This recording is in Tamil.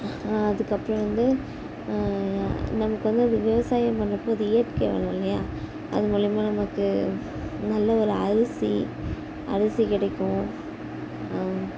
அதுக்கப்றம் வந்து நமக்கு வந்து இந்த விவசாயம் பண்ணுறப்போ இது இயற்கை வளம் இல்லையா அது மூலிமா நமக்கு நல்ல ஒரு அரிசி அரிசி கிடைக்கும்